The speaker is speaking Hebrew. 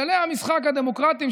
כללי המשחק הדמוקרטיים,